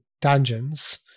dungeons